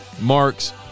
marks